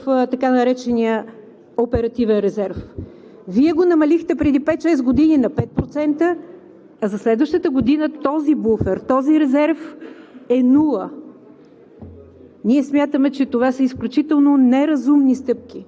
беше заложено 10% от средствата да бъдат в така наречения оперативен резерв. Вие го намалихте преди пет-шест години на 5%, за следващата година този буфер, този резерв е нула!